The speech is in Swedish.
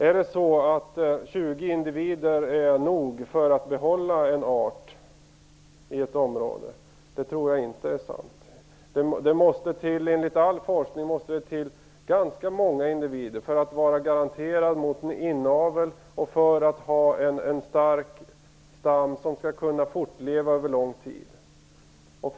Är 20 individer nog för att behålla en art i ett område? Jag tror inte att det är sant. Enligt all forskning måste det till ganska många individer för att man skall vara garanterad mot inavel och för att man skall ha en stark stam som kan fortleva under lång tid.